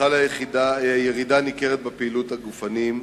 כן חלה ירידה ניכרת בפעילות הגופנית.